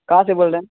کہاں سے بول رہے ہیں